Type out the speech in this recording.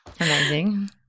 Amazing